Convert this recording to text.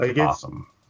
Awesome